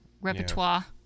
repertoire